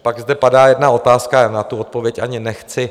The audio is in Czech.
Pak zde padá jedna otázka a na tu odpověď ani nechci.